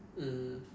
mm